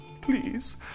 please